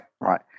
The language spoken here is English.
Right